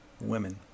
women